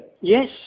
Yes